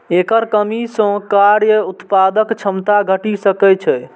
एकर कमी सं कार्य उत्पादक क्षमता घटि सकै छै